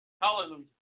Hallelujah